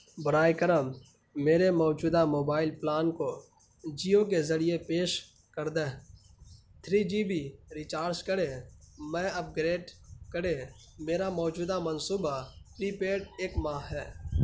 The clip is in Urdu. براہ کرم میرے موجودہ موبائل پلان کو جیو کے ذریعے پیش کردہ تھری جی بی ریچارج کریں میں اپ گریڈ کریں میرا موجودہ منصوبہ پری پیڈ ایک ماہ ہے